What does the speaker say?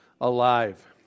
alive